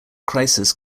crisis